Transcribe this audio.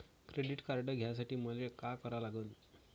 Credit card घ्यासाठी मले का करा लागन?